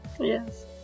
Yes